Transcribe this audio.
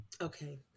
Okay